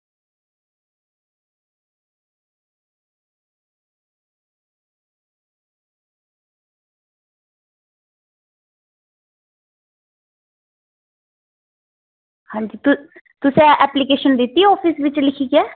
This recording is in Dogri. तुसें एप्लीकेशन दित्ती ऑफिस बिच लिखियै